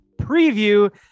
preview